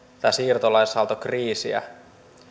tai siirtolaisaaltokriisiä